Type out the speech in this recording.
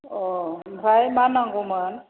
अ ओमफ्राय मा नांगौमोन